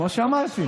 כמו שאמרתי.